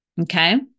Okay